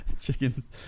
chickens